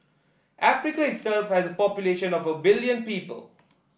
Africa itself has a population of a billion people